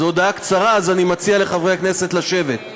זו הודעה קצרה, אז אני מציע לחברי הכנסת לשבת.